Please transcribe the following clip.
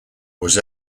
was